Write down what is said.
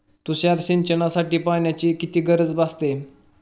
तुषार सिंचनासाठी पाण्याची किती गरज भासते?